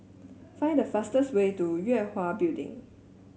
find the fastest way to Yue Hwa Building